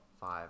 Five